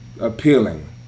appealing